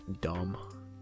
dumb